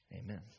Amen